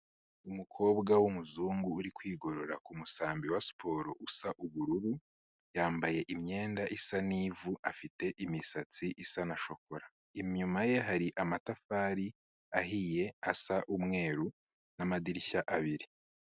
Umukobwa w'umuzungu uri kwigorora ku musambi wa siporo usa ubururu, yambaye imyenda isa n'ivu, afite imisatsi isa na shokora. Inyuma ye hari amatafari ahiye asa umweru n'amadirishya abiri.